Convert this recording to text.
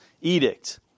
edict